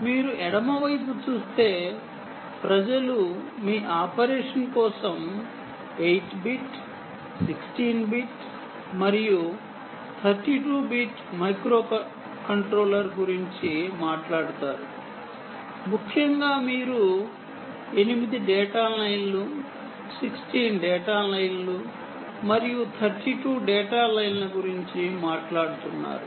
మీరు ఎడమ వైపు చూస్తే సాధారణంగా ప్రజలు ఆపరేషన్ కోసం 8 బిట్ 16 బిట్ మరియు 32 బిట్ మైక్రోకంట్రోలర్ గురించి మాట్లాడుతారు ముఖ్యంగా మీరు 8 డేటా లైన్లు 16 డేటా లైన్లు మరియు 32 డేటా లైన్ల గురించి మాట్లాడుతున్నారు